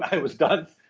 i was done.